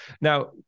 now